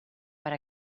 per